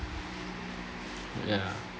ya